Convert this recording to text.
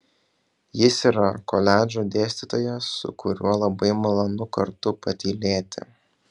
jis yra koledžo dėstytojas su kuriuo labai malonu kartu patylėti